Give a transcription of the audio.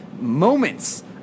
Moments